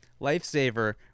lifesaver